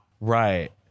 Right